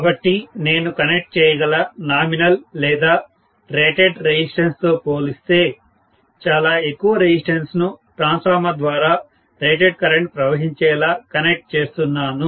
కాబట్టి నేను కనెక్ట్ చేయగల నామినల్ లేదా రేటెడ్ రెసిస్టెన్స్ తో పోల్చితే చాలా ఎక్కువ రెసిస్టెన్స్ ను ట్రాన్స్ఫార్మర్ ద్వారా రేటెడ్ కరెంట్ ప్రవహించేలా కనెక్ట్ చేస్తున్నాను